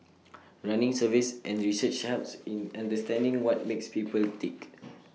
running surveys and research helps in understanding what makes people tick